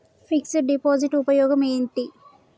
Fix డ్ deposit ఉపయోగం ఏంటి?